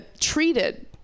treated